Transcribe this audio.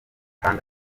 kanda